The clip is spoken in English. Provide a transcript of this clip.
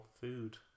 food